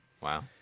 Wow